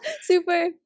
super